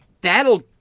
That'll